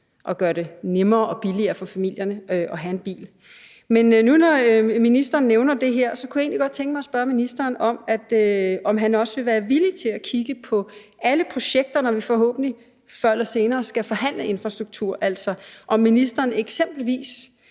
og gøre det nemmere og billigere for familierne at have en bil. Men nu når ministeren nævner det her, kunne jeg egentlig godt tænke mig at spørge ministeren, om han også vil være villig til at kigge på alle projekter, når vi forhåbentlig før eller senere skal forhandle om infrastruktur, altså om ministeren eksempelvis